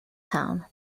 town